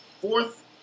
fourth